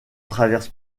traverse